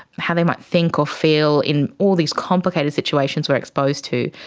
how they might think or feel in all these complicated situations we are exposed to.